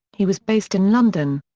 he was based in london.